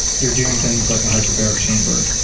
you're doing things like a hyperbaric chamber,